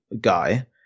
guy